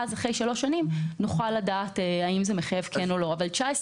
אחרי שלוש שנים נוכל לדעת האם זה מחייב או לא.